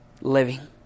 living